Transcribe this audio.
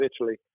Italy